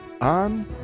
on